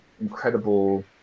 incredible